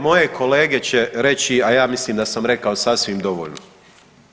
Moje, moje kolege će reći, a ja mislim da sam rekao sasvim dovoljno.